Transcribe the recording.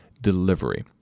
delivery